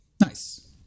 Nice